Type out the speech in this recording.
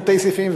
ותתי-סעיפים,